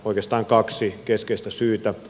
oikeastaan kaksi keskeistä syytä